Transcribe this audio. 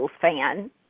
fan